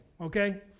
okay